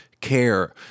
care